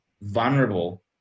vulnerable